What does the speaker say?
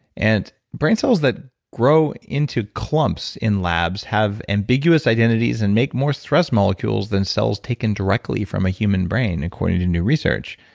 and brain cells that grow into clumps in labs have ambiguous identities and make more stress molecules than cells taken directly from a human brain according to new research.